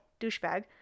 douchebag